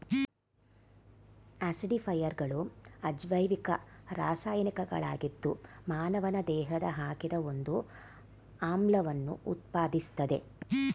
ಆಸಿಡಿಫೈಯರ್ಗಳು ಅಜೈವಿಕ ರಾಸಾಯನಿಕಗಳಾಗಿದ್ದು ಮಾನವನ ದೇಹಕ್ಕೆ ಹಾಕಿದಾಗ ಒಂದು ಆಮ್ಲವನ್ನು ಉತ್ಪಾದಿಸ್ತದೆ